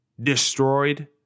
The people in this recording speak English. destroyed